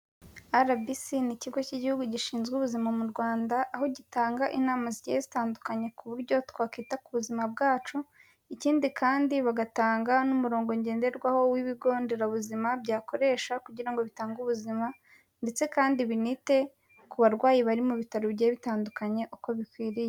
RBC ni Ikigo K'Igihugu gishinzwe ubuzima mu Rwanda aho gitanga inama zigiye zitandukanye ku buryo twakita ku buzima bwacu, ikindi kandi bagatanga n'umurongo ngenderwaho w'ibigo nderabuzima byakoresha kugira ngo bitange ubuzima ndetse kandi binite ku barwayi bari mu bitaro bigiye bitandukanye uko bikwiriye.